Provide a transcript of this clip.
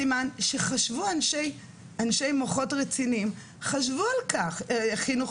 זה סימן שחשבו אנשי מוחות רציניים ואנשי חינוך